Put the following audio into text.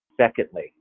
Secondly